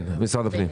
משרד הפנים.